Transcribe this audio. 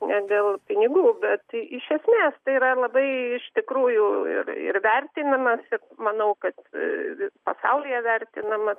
ne dėl pinigų bet iš esmės tai yra labai iš tikrųjų ir ir vertinimas ir manau kad pasaulyje vertinama